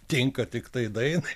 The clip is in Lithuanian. tinka tiktai dainai